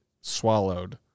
swallowed